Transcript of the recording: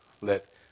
Let